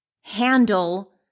handle